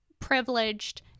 privileged